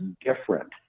different